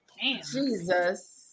Jesus